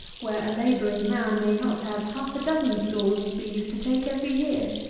where a labouring man may not have half a dozen stalls of bees to take every year.